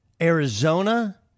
Arizona